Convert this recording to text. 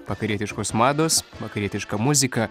vakarietiškos mados vakarietiška muzika